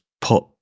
put